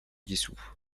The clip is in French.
dissous